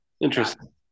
interesting